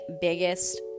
biggest